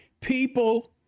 People